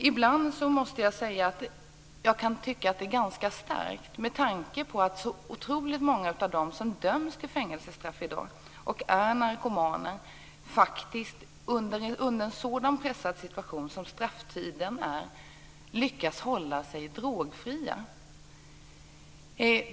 Ibland måste jag säga att jag kan tycka att det är ganska starkt att så många, med tanke på hur otroligt många av dem som döms till fängelsestraff i dag som är narkomaner, faktiskt under en så pressad situation som strafftiden är lyckas hålla sig drogfria.